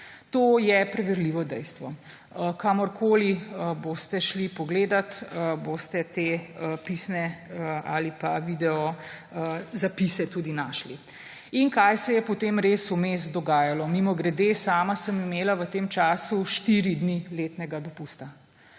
To je preverljivo dejstvo. Kamorkoli boste šli pogledat, boste te pisne ali pa video zapise tudi našli. In kaj se je potem res vmes dogajalo? Mimogrede, sama sem imela v tem času štiri dni letnega dopusta